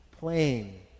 plain